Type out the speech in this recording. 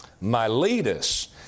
Miletus